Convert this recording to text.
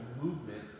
movement